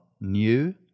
new